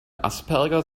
asperger